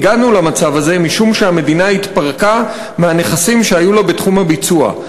והגענו למצב הזה משום שהמדינה התפרקה מהנכסים שהיו לה בתחום הביצוע.